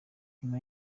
nyuma